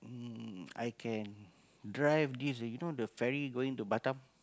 mm I can drive this you know the ferry going to Batam